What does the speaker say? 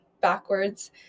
backwards